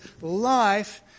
life